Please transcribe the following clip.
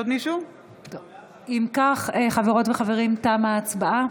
אם כך, חברות וחברים, תמה ההצבעה.